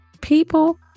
people